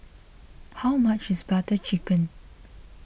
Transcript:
how much is Butter Chicken